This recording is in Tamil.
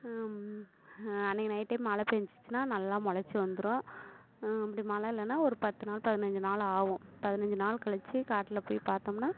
அன்றைக்கி நைட்டே மழை பெஞ்சிச்சின்னா நல்லா முளச்சி வந்துடும் அப்படி மழை இல்லைன்னா ஒரு பத்துநாள் பதினஞ்சி நாள் ஆகும் பதினஞ்சி நாள் கழிச்சி காட்டில் போய் பார்த்தோம்னா